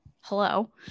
hello